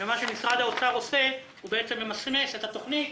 מה שמשרד האוצר עושה, הוא בעצם ממסמס את התוכנית